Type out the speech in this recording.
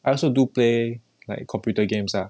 I also do play like computer games ah